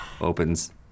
Opens